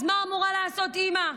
אז מה אמורה לעשות אימא?